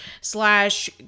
slash